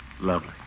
Lovely